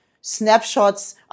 snapshots